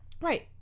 right